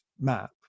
map